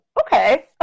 okay